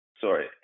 Sorry